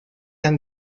han